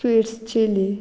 squids chilly